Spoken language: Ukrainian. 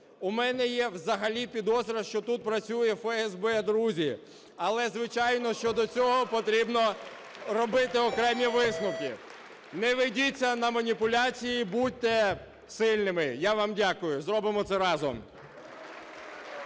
У мене є взагалі підозра, що тут працює ФСБ, друзі, але звичайно, щодо цього потрібно робити окремі висновки. Не ведіться на маніпуляції, будьте сильними! Я вам дякую. Зробимо це разом.